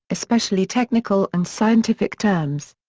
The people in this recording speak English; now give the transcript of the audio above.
especially technical and scientific terms.